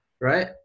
right